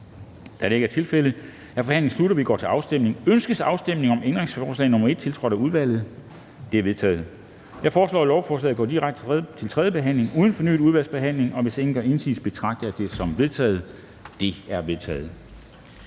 Kl. 10:36 Afstemning Formanden (Henrik Dam Kristensen): Ønskes afstemning om ændringsforslag nr. 1, tiltrådt af udvalget? Det er vedtaget. Jeg foreslår, at lovforslaget går direkte til tredje behandling uden fornyet udvalgsbehandling, og hvis ingen gør indsigelse, betragter jeg det som vedtaget. Det er vedtaget.